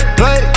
play